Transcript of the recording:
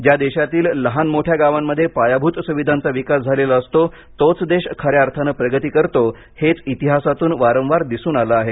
ज्या देशातील लहान मोठ्या गावांमध्ये पायाभूत सुविधांचा विकास झालेला असतो तोच देश खऱ्या अर्थानं प्रगती करतो हेच इतिहासातून वारंवार दिसून आलं आहे